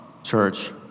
Church